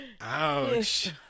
Ouch